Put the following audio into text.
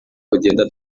kugenda